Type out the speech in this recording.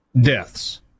deaths